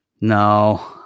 No